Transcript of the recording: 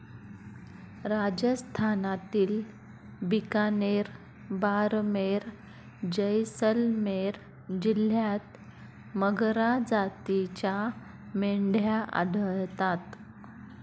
राजस्थानातील बिकानेर, बारमेर, जैसलमेर जिल्ह्यांत मगरा जातीच्या मेंढ्या आढळतात